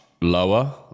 lower